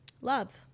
Love